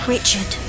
Richard